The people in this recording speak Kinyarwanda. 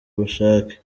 bushake